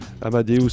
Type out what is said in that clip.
Amadeus